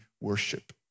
worship